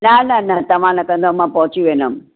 न न न तव्हां न कंदव मां पहुची वेंदमि